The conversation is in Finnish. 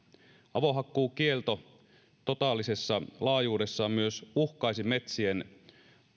avohakkuukielto totaalisessa laajuudessaan myös uhkaisi metsien